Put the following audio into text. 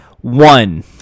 one